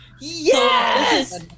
Yes